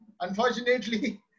unfortunately